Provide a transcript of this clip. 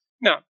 Now